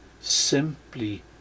simply